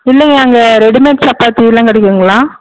இல்லைங்க அங்கே ரெடிமேட் சப்பாத்தில்லாம் கிடைக்குங்களா